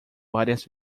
várias